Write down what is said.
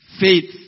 Faith